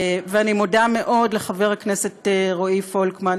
ואני מודה מאוד לחבר הכנסת רועי פולקמן,